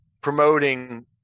promoting